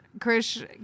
Chris